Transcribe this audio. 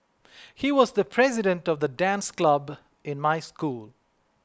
he was the president of the dance club in my school